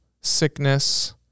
sickness